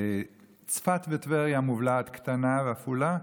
צפת וטבריה, מובלעת קטנה, גם עפולה,